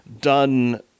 done